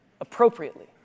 appropriately